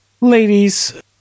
Ladies